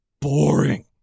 boring